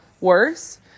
worse